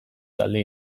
talde